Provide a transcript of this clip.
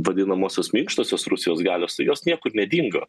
vadinamosios minkštosios rusijos galios jos niekur nedingo